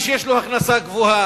מי שיש לו הכנסה גבוהה,